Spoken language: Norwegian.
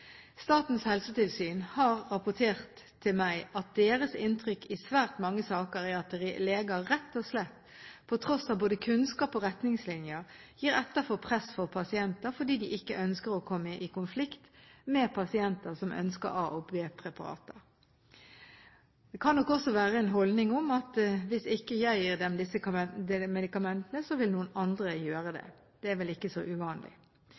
Statens helsetilsyn har rapportert til meg at deres inntrykk i svært mange saker er at leger rett og slett, på tross av både kunnskap og retningslinjer, gir etter for press fra pasienter fordi de ikke ønsker å komme i konflikt med pasienter som ønsker A- og B-preparater. En annen holdning kan nok være at «hvis ikke jeg gir dem disse medikamentene, så vil noen andre gjøre det». Det er vel ikke så uvanlig.